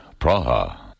Praha